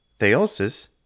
Theosis